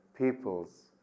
peoples